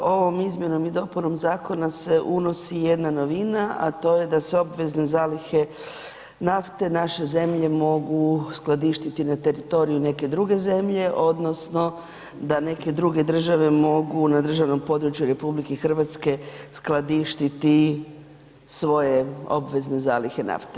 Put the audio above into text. Ovom izmjenom i dopunom zakona se unosi jedna novina a to je da se obvezne zalihe nafte nađe zemlje mogu skladištiti na teritoriju neke druge zemlje odnosno da neke druge države mogu na državnom području RH skladištiti svoje obvezne zalihe nafte.